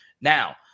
Now